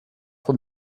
von